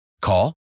Call